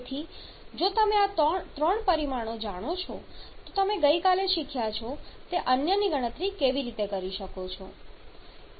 તેથી જો તમે આ ત્રણ પરિમાણો જાણો છો તો તમે ગઈકાલે શીખ્યા છો તે અન્યની ગણતરી કેવી રીતે કરી શકો છો